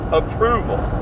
approval